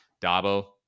dabo